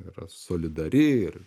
yra solidari ir